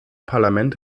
parlament